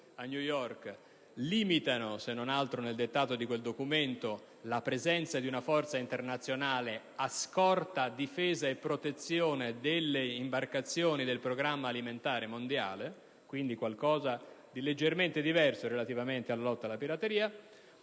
però, si limita, se non altro nel dettato di quel documento, la presenza di una forza internazionale a scorta, difesa e protezione delle imbarcazioni del Programma alimentare mondiale: quindi qualcosa di leggermente diverso in riferimento alla lotta alla pirateria.